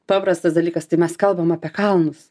paprastas dalykas tai mes kalbam apie kalnus